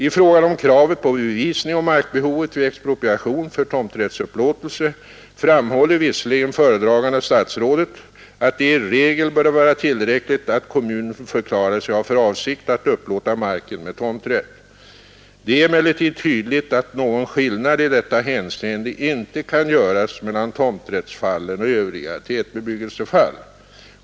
I fråga om kravet på bevisning om markbehovet vid expropriation för tomträttsupplåtelse framhåller visserligen föredragande statsrådet att det i regel bör vara tillräckligt att kommunen förklarar sig ha för avsikt att upplåta marken med tomträtt. Det är emellertid tydligt att någon skillnad i detta hänseende inte kan göras mellan tomträttsfallen och övriga tätbebyggelsefall.